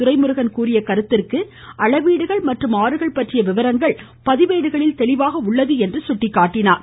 துரைமுருகன் கூறிய கருத்திற்கு அளவீடுகள் மற்றும் ஆறுகள் பற்றிய விவரங்கள் பதிவேடுகளில் தெளிவாக உள்ளது என்று குறிப்பிட்டார்